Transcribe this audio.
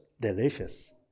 delicious